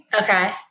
Okay